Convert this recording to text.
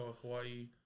Hawaii